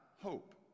hope